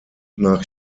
nach